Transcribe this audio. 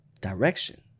direction